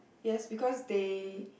yes because they